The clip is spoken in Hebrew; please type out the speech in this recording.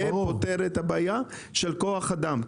ופותר את הבעיה של כוח אדם.